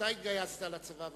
כשאתה התגייסת לצבא,